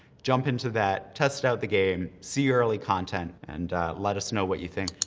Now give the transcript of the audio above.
jump into that, test out the game, see early content, and let us know what you think.